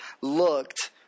looked